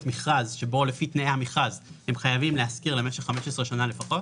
מכרז שבו לפי תנאי המכרז הם חייבים להשכיר למשך 15 שנים לפחות